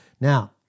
Now